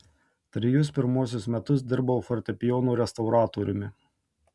trejus pirmuosius metus dirbau fortepijonų restauratoriumi